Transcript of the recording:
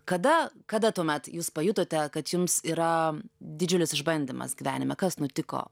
kada kada tuomet jūs pajutote kad jums yra didžiulis išbandymas gyvenime kas nutiko